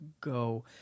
go